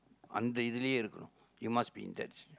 அந்த இதுலேயே இருக்கனும்:andtha ithuleeyee irukkanum you must be in that's